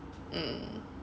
mm